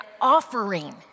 offering